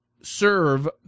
serve